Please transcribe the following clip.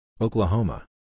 Oklahoma